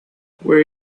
where